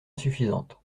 insuffisante